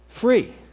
Free